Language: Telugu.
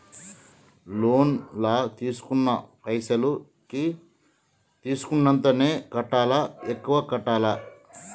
లోన్ లా తీస్కున్న పైసల్ కి తీస్కున్నంతనే కట్టాలా? ఎక్కువ కట్టాలా?